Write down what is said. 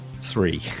three